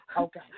Okay